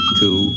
two